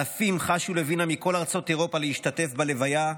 "אלפים חשו לווינה מכל ארצות אירופה להשתתף בלוויה,